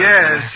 Yes